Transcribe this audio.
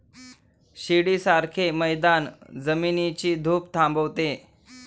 शिडीसारखे मैदान जमिनीची धूप थांबवते